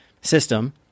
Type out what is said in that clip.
system